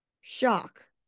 shock